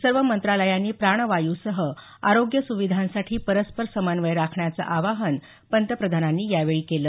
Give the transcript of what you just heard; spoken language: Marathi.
सर्व मंत्रालयांनी प्राणवायूसह आरोग्य सुविधांसाठी परस्पर समन्वय राखण्याचं आवाहन पंतप्रधानांनी यावेळी केलं